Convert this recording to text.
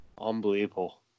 Unbelievable